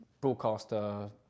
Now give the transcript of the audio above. broadcaster